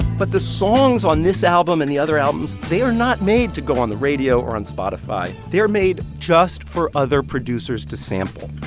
but the songs on this album and the other albums they are not made to go on the radio or on spotify. they are made just for other producers to sample.